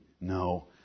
No